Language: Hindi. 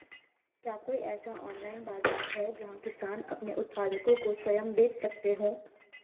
क्या कोई ऐसा ऑनलाइन बाज़ार है जहाँ किसान अपने उत्पादकों को स्वयं बेच सकते हों?